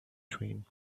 train